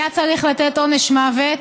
היה צריך לתת עונש מוות.